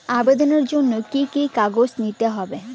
আবেদনের জন্য কি কি কাগজ নিতে হবে?